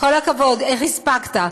כל הכבוד, איך הספקת?